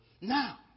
Now